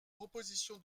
proposition